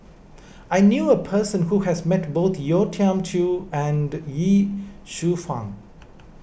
I knew a person who has met both Yeo Tiam Siew and Ye Shufang